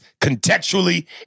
contextually